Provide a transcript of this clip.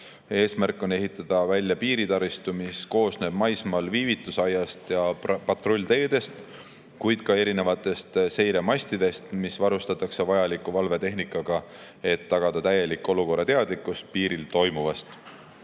Eesmärk on ehitada välja piiritaristu, mis koosneb maismaal viivitusaiast ja patrullteedest, kuid ka erinevatest seiremastidest, mis varustatakse vajaliku valvetehnikaga, et tagada täielik olukorrateadlikkus piiril toimuvast.